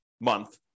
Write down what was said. month